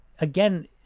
again